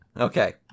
Okay